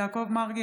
יעקב מרגי,